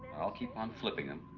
i'll keep on flipping him